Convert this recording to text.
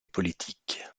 politique